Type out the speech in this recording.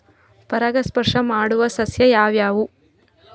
ಪರಾಗಸ್ಪರ್ಶ ಮಾಡಾವು ಸಸ್ಯ ಯಾವ್ಯಾವು?